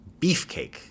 Beefcake